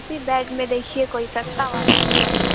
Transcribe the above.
جی bed میں دیکھیے کوئی سستا والا ہوگا تو